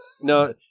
No